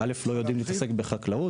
שלא מוכשרים בשביל להתעסק בחקלאות.